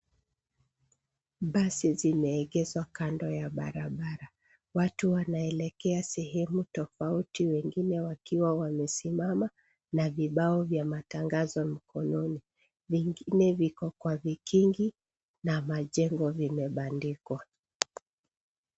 Basi zimeegeshwa kando ya barabara watu wanaelekea sehemu tofauti. Wengine wakiwa wamesimama na vibao vya matangazo mkononi. Vingine viko kwa vikingi na majengo imebandikwa